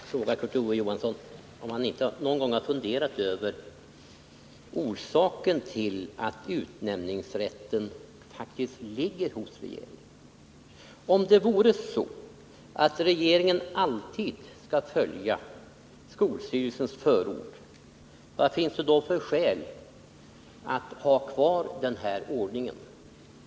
Fru talman! Låt mig fråga Kurt Ove Johansson om han inte någon gång har funderat över orsaken till att utnämningsrätten ligger hos regeringen. Om det vore så att regeringen alltid skall följa skolstyrelsens förord, vad finns det då för skäl att ha kvar den nuvarande ordningen?